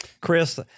Chris